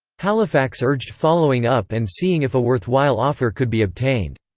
halifax urged following up and seeing if a worthwhile offer could be obtained.